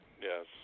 yes